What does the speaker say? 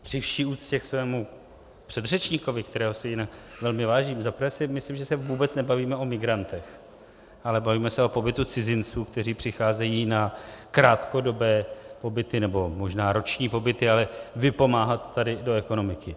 Při vší úctě ke svému předřečníkovi, kterého si jinak velmi vážím, za prvé si myslím, že se vůbec nebavíme o migrantech, ale bavíme se o pobytu cizinců, kteří přicházejí na krátkodobé pobyty, nebo možná roční pobyty, ale vypomáhat tady do ekonomiky.